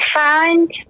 find